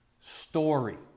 story